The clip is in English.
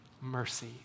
mercy